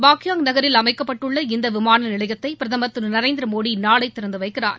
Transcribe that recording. பாக்யாங் நகரில் அமைக்கப்பட்டுள்ள இந்த விமான நிலையத்தை பிரதமர் திரு நரேந்திரமோடி நாளை திறந்துவைக்கிறார்